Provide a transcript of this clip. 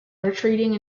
retreating